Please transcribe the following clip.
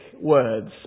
words